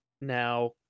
Now